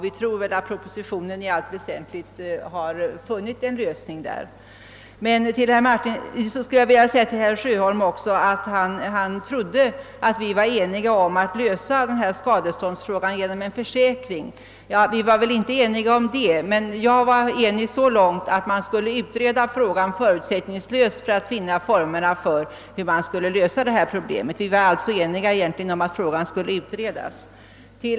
Vi tror att propositionen i allt väsentligt har funnit en god lösning. Herr Sjöholm trodde att vi var eniga om att lösa denna skadeståndsfråga genom en försäkring. Vi var väl inte eniga om det, men jag var med så långt att man skulle utreda frågan förutsättningslöst för att finna formerna för en lösning av problemet. Vi var alltså egentligen bara eniga om att frågan skulle utredas.